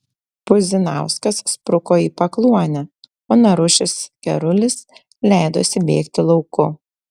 puzinauskas spruko į pakluonę o narušis kerulis leidosi bėgti lauku